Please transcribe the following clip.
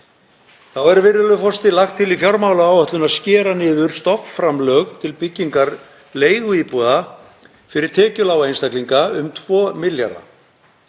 Þá er, virðulegur forseti, lagt til í fjármálaáætlun að skera niður stofnframlög til byggingar leiguíbúða fyrir tekjulága einstaklinga um 2 milljarða.